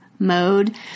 mode